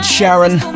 Sharon